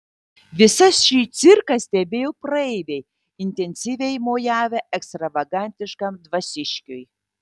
visa šį cirką stebėjo praeiviai intensyviai mojavę ekstravagantiškam dvasiškiui